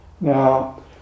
now